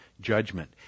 judgment